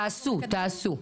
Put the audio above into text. תעשו, תעשו.